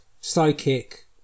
psychic